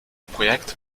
projekt